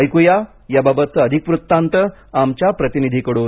ऐकूया याबाबतचा अधिक वृत्तान्त आमच्या प्रतिनिधीकडून